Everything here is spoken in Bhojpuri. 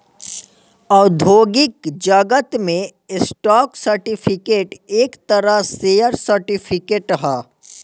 औद्योगिक जगत में स्टॉक सर्टिफिकेट एक तरह शेयर सर्टिफिकेट ह